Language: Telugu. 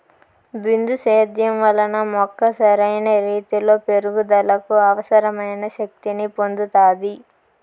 బిందు సేద్యం వలన మొక్క సరైన రీతీలో పెరుగుదలకు అవసరమైన శక్తి ని పొందుతాది